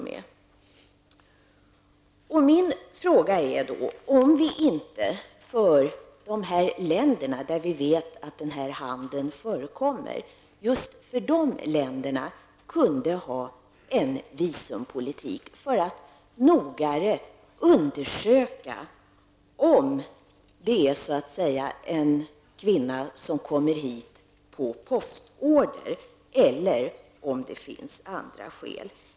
Min fråga är då om vi inte för just de länder där vi vet att den här handeln förekommer kunde ha en visumpolitik för att noggrannare undersöka om kvinnan i fråga så att säga kommer hit på postorder eller om det finns andra skäl.